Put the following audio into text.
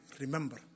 remember